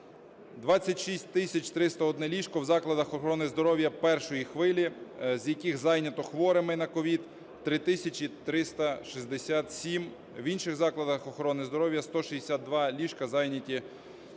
301 ліжко в закладах охорони здоров'я першої хвилині, з яких зайнято хворими на COVID - 3 тисячі 367, в інших закладах охорони здоров'я - 162 ліжка зайняті